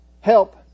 help